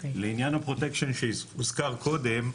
לעניין הפרוטקשן שהוזכר קודם,